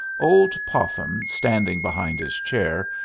old popham, standing behind his chair,